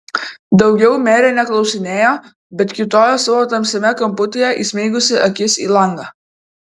daugiau merė neklausinėjo bet kiūtojo savo tamsiame kamputyje įsmeigusi akis į langą